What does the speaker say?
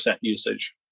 usage